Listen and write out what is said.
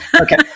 Okay